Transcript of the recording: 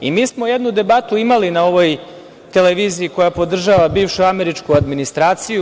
Mi smo jednu debatu imali na ovoj televiziji koja podržava bivšu američku administraciju.